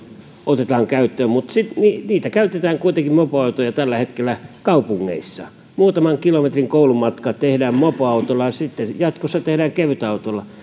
otetaan käyttöön mutta mopoautoja käytetään kuitenkin tällä hetkellä kaupungeissa muutaman kilometrin koulumatka tehdään mopoautolla ja sitten jatkossa tehdään kevytautolla